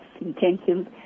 intentions